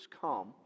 come